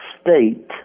state